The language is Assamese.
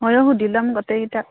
মইয়ো সুধি ল'ম গোটেইকেইটাক